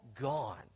gone